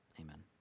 amen